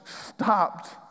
stopped